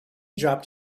dropped